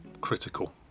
critical